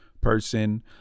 person